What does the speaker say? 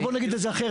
בוא נגיד את זה אחרת.